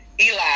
Eli